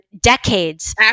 decades